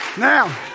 Now